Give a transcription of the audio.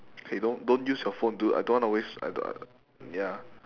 okay don't don't use your phone dude I don't wanna waste I do~ ya